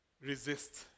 resist